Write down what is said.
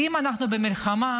כי אם אנחנו במלחמה,